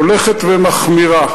הולכת ומחמירה.